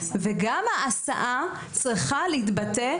וגם ההסעה צריכה להתבטא,